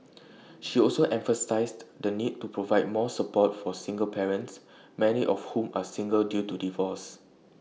she also emphasised the need to provide more support for single parents many of whom are single due to divorce